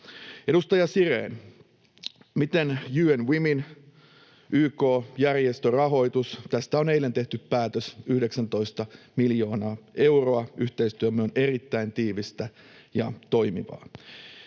Edustaja Siren: Miten UN Women, YK-järjestörahoitus? — Tästä on eilen tehty päätös, 19 miljoonaa euroa. Yhteistyömme on erittäin tiivistä ja toimivaa.